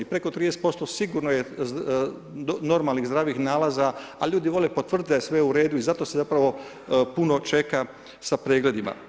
Preko 30% sigurno je normalnih zdravih nalaza, ali ljudi vole potvrditi da je sve u redu i zato se zapravo puno čeka sa pregledima.